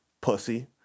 pussy